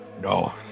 No